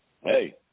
hey